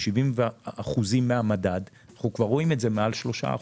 ב-70% מהמדד אנחנו רואים את זה כבר מעל 3%,